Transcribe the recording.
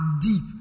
deep